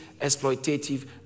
exploitative